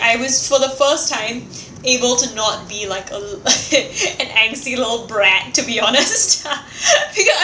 I was for the first time able to not be like a an angsty little brat to be honest because